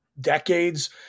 decades